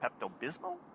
Pepto-Bismol